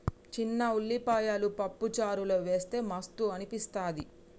చిన్న ఉల్లిపాయలు పప్పు చారులో వేస్తె మస్తు అనిపిస్తది